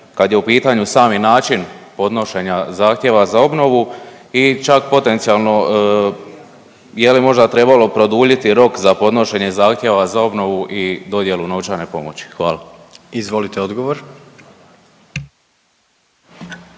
kad je u pitanju sami način podnošenja zahtjeva za obnovu i čak potencijalno je li možda trebalo produljiti rok za podnošenje zahtjeva za obnovu i dodjelu novčane pomoći? Hvala. **Jandroković,